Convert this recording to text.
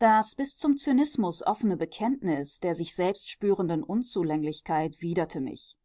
das bis zum zynismus offene bekenntnis der sich selbst spürenden unzulänglichkeit widerte mich